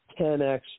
10x